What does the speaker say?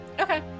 Okay